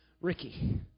Ricky